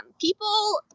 people